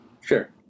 sure